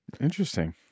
Interesting